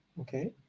okay